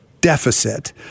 deficit